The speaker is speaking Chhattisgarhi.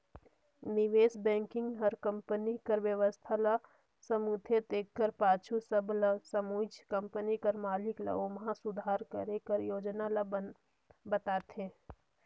निवेस बेंकिग हर कंपनी कर बेवस्था ल समुझथे तेकर पाछू सब ल समुझत कंपनी कर मालिक ल ओम्हां सुधार करे कर योजना ल बताथे